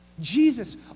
Jesus